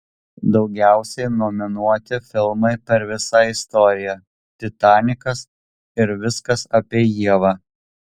daugiausiai nominuoti filmai per visą istoriją titanikas ir viskas apie ievą